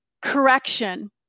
correction